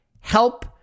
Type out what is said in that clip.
help